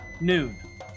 Noon